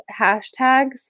hashtags